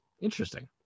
Interesting